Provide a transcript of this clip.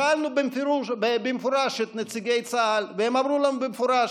שאלנו במפורש את נציגי צה"ל, והם אמרו לנו במפורש: